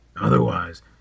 Otherwise